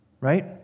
Right